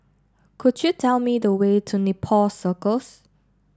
could you tell me the way to Nepal Circus